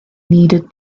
needed